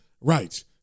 right